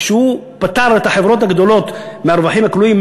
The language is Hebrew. כשהוא פטר את החברות הגדולות מהרווחים הכלואים,